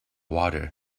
water